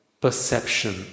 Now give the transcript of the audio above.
perception